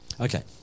Okay